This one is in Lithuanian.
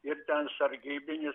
ir ten sargybinis